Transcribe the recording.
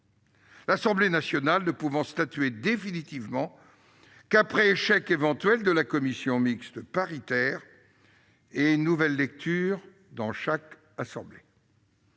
l'Assemblée nationale ne pouvant statuer définitivement qu'après échec éventuel de la commission mixte paritaire et une nouvelle lecture dans chaque assemblée.